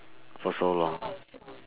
for so long